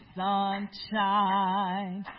sunshine